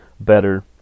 better